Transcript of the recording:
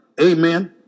Amen